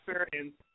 experience